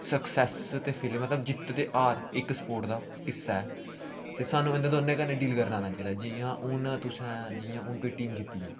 success ते failure मतलब जित्त ते हार इक स्पोर्ट दा हिस्सा ऐ ते सानूं इ'नें दौनें कन्नै डील करना आना चाहिदा जियां हून तुसें जियां हून कोई टीम जित्ती गेई